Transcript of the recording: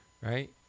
Right